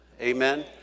Amen